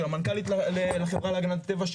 של המנכ"לית לחברה להגנת הטבע,